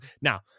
Now